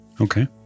Okay